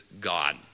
God